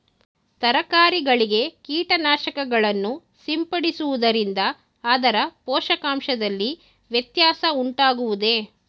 ತರಕಾರಿಗಳಿಗೆ ಕೀಟನಾಶಕಗಳನ್ನು ಸಿಂಪಡಿಸುವುದರಿಂದ ಅದರ ಪೋಷಕಾಂಶದಲ್ಲಿ ವ್ಯತ್ಯಾಸ ಉಂಟಾಗುವುದೇ?